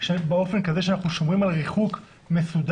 באופן כזה שאנחנו שומרים על ריחוק מסודר.